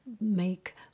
make